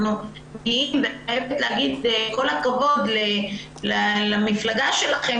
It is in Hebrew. אני חייבת להגיד כל הכבוד למפלגה שלכם